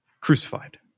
crucified